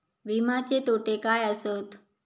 विमाचे तोटे काय आसत?